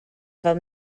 fel